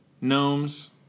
Gnomes